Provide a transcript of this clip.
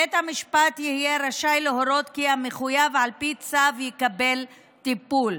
בית המשפט יהיה רשאי להורות כי המחויב על פי צו יקבל טיפול,